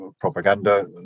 propaganda